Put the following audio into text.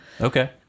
Okay